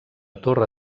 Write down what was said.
torre